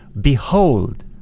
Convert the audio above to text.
behold